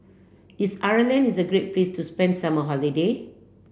is Ireland is a great place to spend summer holiday